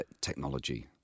technology